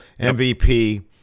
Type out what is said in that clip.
MVP